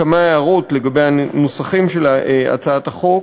כמה הערות לגבי הנוסחים של הצעת החוק,